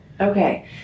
Okay